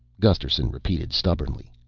gusterson repeated stubbornly,